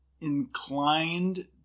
inclined